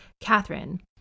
Catherine